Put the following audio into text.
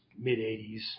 mid-80s